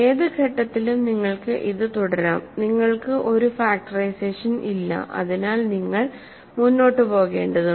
ഏത് ഘട്ടത്തിലും നിങ്ങൾക്ക് ഇത് തുടരാം നിങ്ങൾക്ക് ഒരു ഫാക്ടറൈസേഷൻ ഇല്ല അതിനാൽ നിങ്ങൾ മുന്നോട്ട് പോകേണ്ടതുണ്ട്